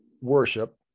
worship